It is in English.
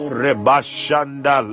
rebashanda